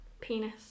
Penis